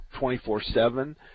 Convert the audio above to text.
24/7